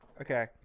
Okay